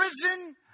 prison